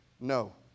No